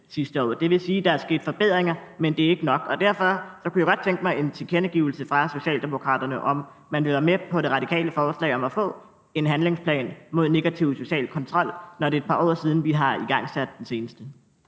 Det vil sige, at der er sket forbedringer, men det er ikke nok, og derfor kunne jeg godt tænke mig en tilkendegivelse fra Socialdemokraterne om, om man vil være med på det radikale forslag om at få en handlingsplan mod negativ social kontrol, når det nu er et par år siden, vi har igangsat den seneste.